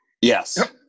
Yes